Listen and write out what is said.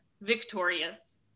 victorious